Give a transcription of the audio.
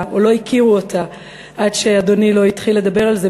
או לא הכירו אותה עד שאדוני לא התחיל לדבר על זה,